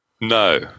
No